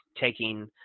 taking